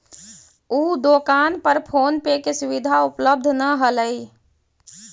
उ दोकान पर फोन पे के सुविधा उपलब्ध न हलई